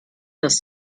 das